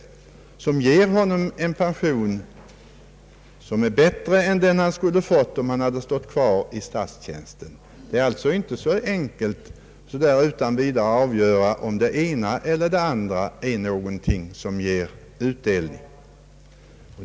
Detta skulle kunna ge honom en pension som är bättre än den han skulle ha fått om han kvarstått i sin statliga tjänst. Det är alltså inte särskilt enkelt att avgöra så där utan vidare vilket alternativ som ger den bästa utdelningen.